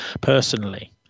personally